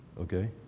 Okay